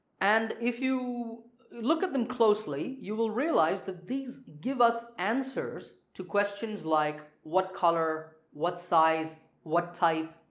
and if you look at them closely you will realize that these give us answers to questions like what color? what size? what type?